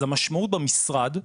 אז המשמעות במשרד,